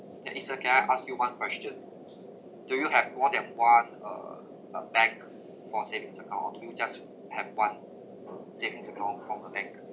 then it's okay I ask you one question do you have more than one uh uh bank for savings account or do you just have one uh savings account from a bank